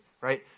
right